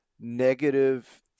negative